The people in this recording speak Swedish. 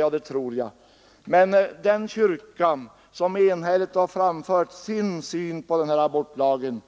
— Ja, det tror jag, men den kyrka som enhälligt har framfört sin syn på den här abortlagen